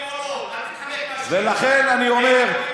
לכן אני אומר,